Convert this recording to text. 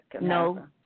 No